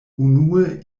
unue